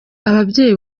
ababyeyi